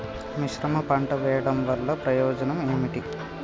మిశ్రమ పంట వెయ్యడం వల్ల ప్రయోజనం ఏమిటి?